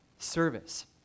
service